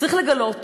צריך לגלות